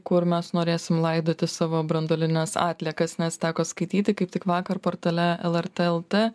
kur mes norėsim laidoti savo branduolines atliekas nes teko skaityti kaip tik vakar portale lrt lt